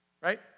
Right